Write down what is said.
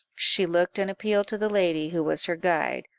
she looked an appeal to the lady who was her guide,